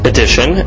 Edition